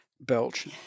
belch